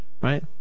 right